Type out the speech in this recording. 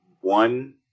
one